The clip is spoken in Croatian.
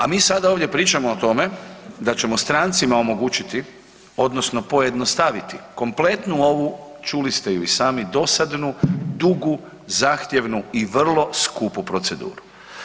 A mi sada ovdje pričamo o tome da ćemo strancima omogućiti odnosno pojednostaviti kompletnu ovu, čuli ste ju i sami, dosadnu, dugu, zahtjevnu i vrlo skupu proceduru.